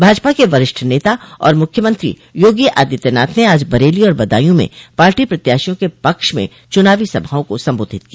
भाजपा के वरिष्ठ नेता और मुख्यमंत्री योगी आदित्यनाथ ने आज बरेली और बदायूं में पार्टी प्रत्याशियों के पक्ष में चूनावी सभाओं को संबोधित किया